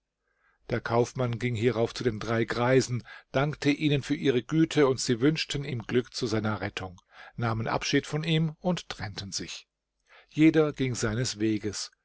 der kaufmann ging hierauf zu den drei greisen dankte ihnen für ihre güte und sie wünschten ihm glück zu seiner rettung nahmen abschied von ihm und trennten sich jeder ging seines weges